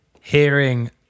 hearing